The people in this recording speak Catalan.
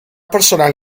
personal